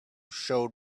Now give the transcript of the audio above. showed